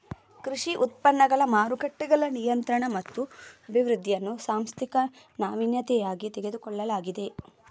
ಕೃಷಿ ಉತ್ಪನ್ನ ಮಾರುಕಟ್ಟೆಗಳ ನಿಯಂತ್ರಣ ಮತ್ತು ಅಭಿವೃದ್ಧಿಯನ್ನು ಸಾಂಸ್ಥಿಕ ನಾವೀನ್ಯತೆಯಾಗಿ ತೆಗೆದುಕೊಳ್ಳಲಾಗಿದೆ